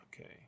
Okay